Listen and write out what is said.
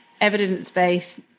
evidence-based